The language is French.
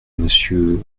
monsieur